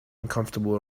uncomfortable